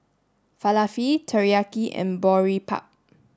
Falafel Teriyaki and Boribap